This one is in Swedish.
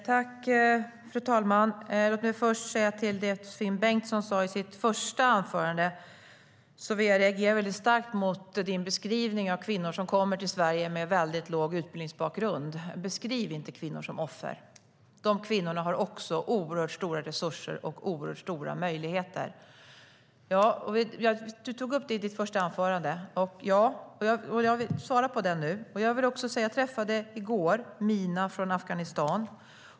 Fru talman! Låt mig först kommentera det Finn Bengtsson sa i sitt första inlägg. Jag reagerade väldigt starkt på beskrivningen av kvinnor som kommer till Sverige med låg utbildningsbakgrund. Beskriv inte kvinnor som offer! De kvinnorna har också oerhört stora resurser och oerhört stora möjligheter. Du tog upp detta i ditt första anförande, Finn Bengtsson, och jag svarar på det nu. Jag vill också säga att jag i går träffade Mina från Afghanistan.